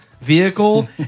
vehicle